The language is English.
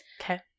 Okay